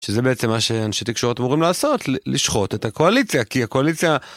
שזה בעצם מה שאנשי תקשורת אמורים לעשות לשחוט את הקואליציה כי הקואליציה.